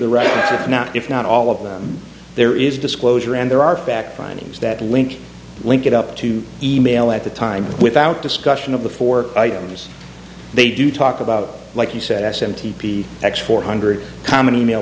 right now if not all of them there is disclosure and there are fact findings that link link it up to email at the time without discussion of the four items they do talk about like you said s m t p x four hundred common email